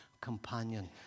companion